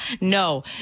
no